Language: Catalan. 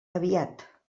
aviat